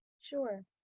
Sure